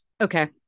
Okay